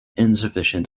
insufficient